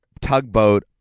tugboat